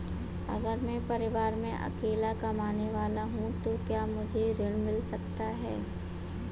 अगर मैं परिवार में अकेला कमाने वाला हूँ तो क्या मुझे ऋण मिल सकता है?